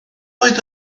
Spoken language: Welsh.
oedd